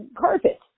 carpet